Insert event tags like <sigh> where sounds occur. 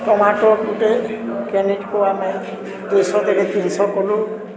tomato ଗୁଟେ <unintelligible> ଆମେ ଦୁଇ ଶହ <unintelligible> ତିନି ଶହ କଲୁ